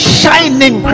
shining